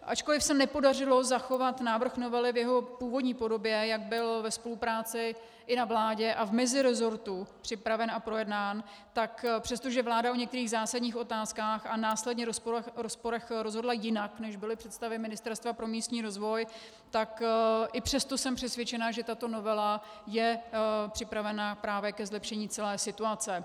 Ačkoliv se nepodařilo zachovat návrh novely v jeho původní podobě, jak byl ve spolupráci i na vládě a v mezirezortu připraven a projednán, tak přestože vláda o některých zásadních otázkách a následně rozporech rozhodla jinak, než byly představy Ministerstva pro místní rozvoj, tak i přesto jsem přesvědčena, že i tato novela je připravena právě ke zlepšení celé situace.